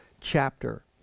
chapter